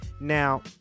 Now